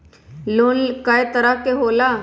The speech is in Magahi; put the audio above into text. लोन कय तरह के होला?